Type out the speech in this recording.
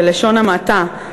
בלשון המעטה,